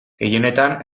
gehienetan